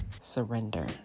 surrender